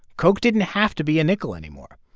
coke didn't have to be a nickel anymore.